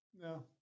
No